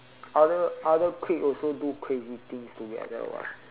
other other clique also do crazy things together [what]